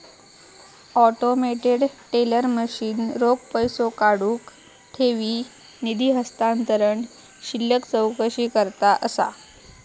automated teller machine रोख पैसो काढुक, ठेवी, निधी हस्तांतरण, शिल्लक चौकशीकरता असा